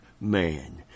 man